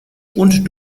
und